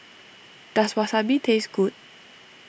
does Wasabi taste good